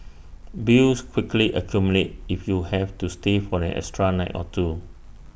bills quickly accumulate if you have to stay for an extra night or two